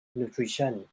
nutrition